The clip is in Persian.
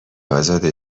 ازاده